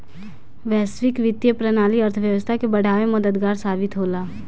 वैश्विक वित्तीय प्रणाली अर्थव्यवस्था के बढ़ावे में मददगार साबित होला